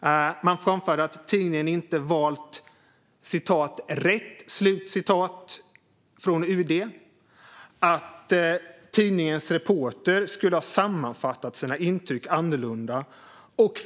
Man framförde att tidningen inte valt "rätt" från UD. Att tidningens reporter skulle ha sammanfattat sina intryck annorlunda.